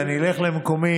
ואני אלך למקומי,